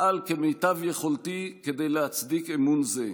אפעל כמיטב יכולתי כדי להצדיק אמון זה.